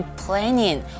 planning